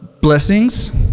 blessings